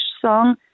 song